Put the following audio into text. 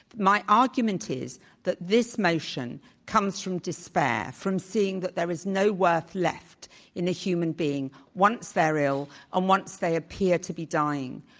argument is that this motion comes from despair, from seeing that there is no worth left in a human being once they're ill and once they appear to be dying.